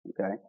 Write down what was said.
okay